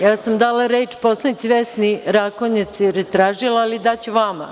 Ja sam dala reč poslanici Vesni Rakonjac, jer je tražila, ali daću vama.